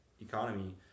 economy